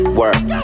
work